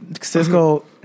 Cisco